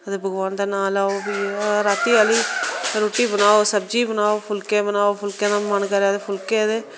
ते भगवान दा नां लैओ फ्ही राती आहली रुट्टी बनाओ सब्जी बनाओ फुल्के बनाओ फुल्के दा मन करे फुल्के ते